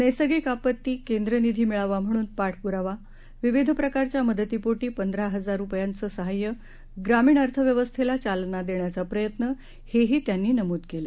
नैसर्गिक आपत्ती केंद्र निधी मिळावा म्हणून पाठपुरावा विविध प्रकारच्या मदतीपोटी पंधरा हजार कोटी रुपयांचं सहाय्य ग्रामीण अर्थव्यवस्थेला चालना देण्याचा प्रयत्न हेही त्यांनी नमूद केलं